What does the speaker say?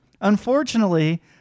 Unfortunately